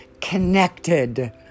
connected